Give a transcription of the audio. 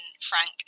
Frank